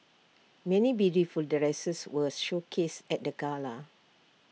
many beautiful dresses were showcased at the gala